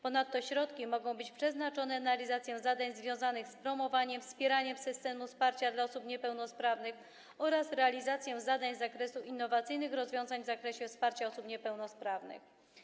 Ponadto środki mogą być przeznaczone na realizację zadań związanych z promowaniem i wspieraniem systemu wsparcia dla osób niepełnosprawnych oraz realizację zadań z zakresu innowacyjnych rozwiązań dotyczących wsparcia osób niepełnosprawnych.